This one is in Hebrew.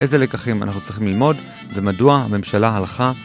איזה לקחים אנחנו צריכים ללמוד? ומדוע הממשלה הלכה?